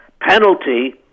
penalty